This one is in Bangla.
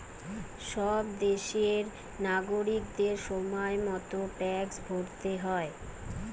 সব দেশেরই নাগরিকদের সময় মতো ট্যাক্স ভরতে হয়